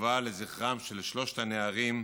שנקבע לזכרם של שלושת הנערים,